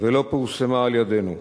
ולא פורסמה על-ידינו.